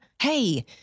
Hey